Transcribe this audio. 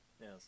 Yes